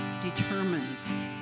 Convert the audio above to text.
determines